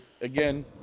again